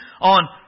on